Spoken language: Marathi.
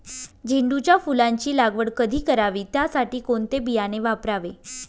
झेंडूच्या फुलांची लागवड कधी करावी? त्यासाठी कोणते बियाणे वापरावे?